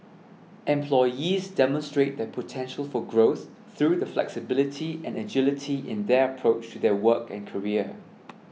employees demonstrate their potential for growth through the flexibility and agility in their approach to their work and career